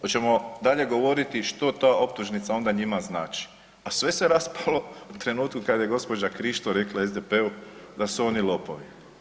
Očemo dalje govoriti što ta optužnica onda njima znači, a sve se raspalo u trenutku kad je gospođa Krišto rekla SDP-u da su oni lopovi.